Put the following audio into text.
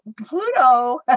Pluto